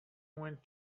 went